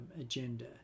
agenda